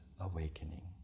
awakening